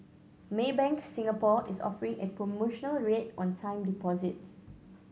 Maybank Singapore is offering a promotional rate on time deposits